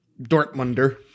Dortmunder